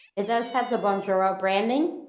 it does have the bonjoro branding,